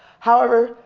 however,